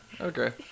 Okay